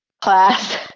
class